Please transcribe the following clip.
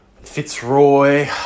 Fitzroy